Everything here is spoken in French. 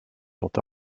sont